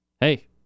hey